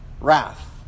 wrath